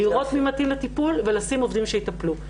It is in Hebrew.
לראות מי מתאים לטיפול ולהקצות עובדים שיטפלו,